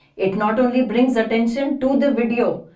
it not only brings attention to the video,